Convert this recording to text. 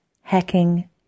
Hacking